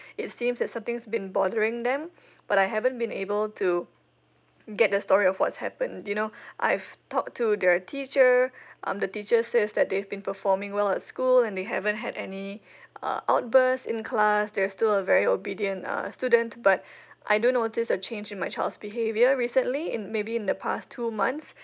it seems is a thing been bothering them but I haven't been able to get the story of what's happened you know I've talked to the teacher um the teacher says that they've been performing well at school and they haven't had any uh outburst in class there's still a very obedient uh students but I don't know just a change in my child's behaviour recently in maybe in the past two months